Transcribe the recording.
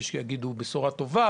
יש שיגידו שזו בשורה טובה,